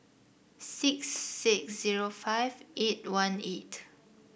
six six zero five eight one eight